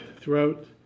throughout